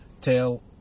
tell